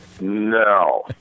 No